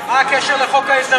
מה הקשר לחוק ההסדרים?